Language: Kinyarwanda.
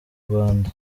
rwanda